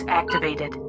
activated